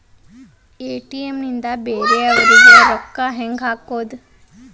ATM ನಿಂದ ಬೇರೆಯವರಿಗೆ ರೊಕ್ಕ ಹೆಂಗ್ ಹಾಕೋದು?